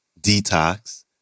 Detox